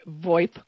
VoIP